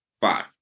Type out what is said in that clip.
five